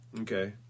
Okay